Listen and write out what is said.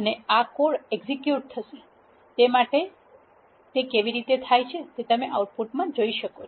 અને આ code execute થશે તે તમે આઉટપુટમાં જોઇ શકો છો